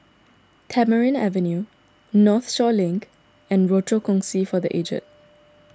Tamarind Avenue Northshore Link and Rochor Kongsi for the Aged